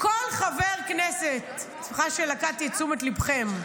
אני שמחה שלכדתי את תשומת ליבכם,